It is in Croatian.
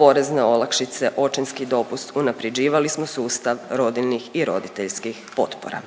porezne olakšice, očinski dopust, unaprjeđivali smo sustav rodiljnih i roditeljskih potpora.